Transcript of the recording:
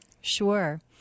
Sure